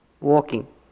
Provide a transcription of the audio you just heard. walking